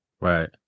right